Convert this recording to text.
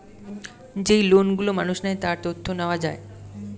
যেই লোন গুলো মানুষ নেয়, তার তথ্য নেওয়া যায়